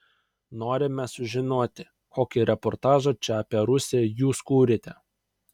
norime sužinoti kokį reportažą čia apie rusiją jūs kuriate